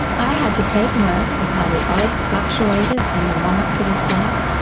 i had to take note of how the odds fluctuated in the run-up to the start,